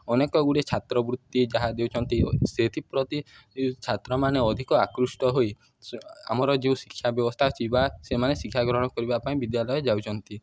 ଅନେକ ଗୁଡ଼ିଏ ଛାତ୍ରବୃତ୍ତି ଯାହା ଦେଉଛନ୍ତି ସେଥିପ୍ରତି ଛାତ୍ରମାନେ ଅଧିକ ଆକୃଷ୍ଟ ହୋଇ ଆମର ଯେଉଁ ଶିକ୍ଷା ବ୍ୟବସ୍ଥା ଅଛି ବା ସେମାନେ ଶିକ୍ଷା ଗ୍ରହଣ କରିବା ପାଇଁ ବିଦ୍ୟାଳୟ ଯାଉଛନ୍ତି